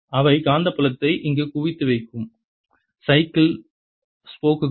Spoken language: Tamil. அவை காந்தப்புலத்தை இங்கு குவித்து வைக்கும் சைக்கிள் ஸ்போக்குகள்